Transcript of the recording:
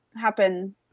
happen